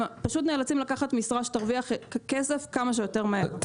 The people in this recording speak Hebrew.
הם פשוט נאלצים לקחת משרה שתרוויח כסף כמה שיותר מהר.